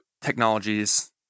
technologies